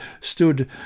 stood